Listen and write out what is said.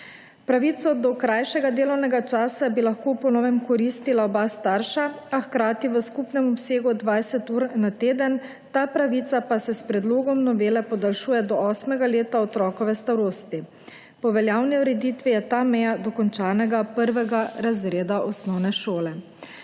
Pravico do krajšega delovnega časa bi lahko po novem koristila oba starša, a hkrati v skupnem obsegu 20 ur na teden, ta pravica pa se s predlogom novele podaljšuje do osmega leta otrokove starosti. Po veljavni ureditvi je ta meja dokončanega prvega razreda osnovne šole.